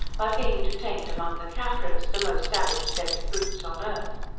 by being detained among the caffres, the most savage set of brutes on earth.